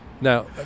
Now